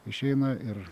išeina ir